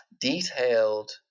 detailed